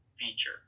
feature